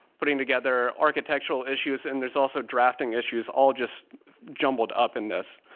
putting together architectural issues. and there's also drafting issues all just jumbled up in this.